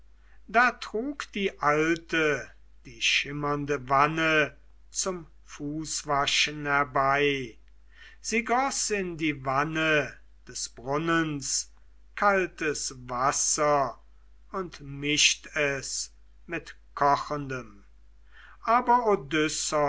da trug die alte die schimmernde wanne zum fußwaschen herbei sie goß in die wanne des brunnen kaltes wasser und mischt es mit kochendem aber